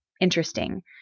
interesting